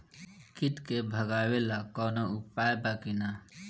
कीट के भगावेला कवनो उपाय बा की?